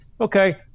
okay